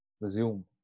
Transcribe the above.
resume